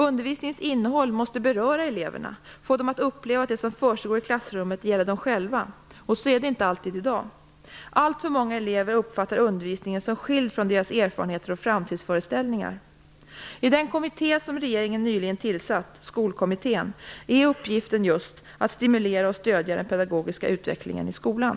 Undervisningens innehåll måste beröra eleverna, få dem att uppleva att det som försiggår i klassrummet gäller dem själva. Så är det inte alltid i dag. Alltför många elever uppfattar undervisningen som skild från deras erfarenheter och framtidsföreställningar. I den kommitté som regeringen nyligen tillsatt, Skolkommittén, är uppgiften just att stimulera och stödja den pedagogiska utvecklingen i skolan.